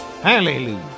Hallelujah